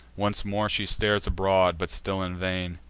once more she stares abroad, but still in vain,